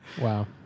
wow